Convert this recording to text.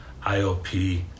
IOP